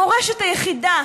המורשת היחידה